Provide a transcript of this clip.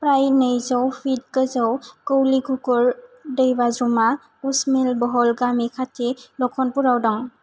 प्राय नैजौ फीट गोजौ कोइलिघुगर दैबाज्रुमा कुशमेलबहल गामि खाथि लखनपुराव दं